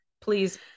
please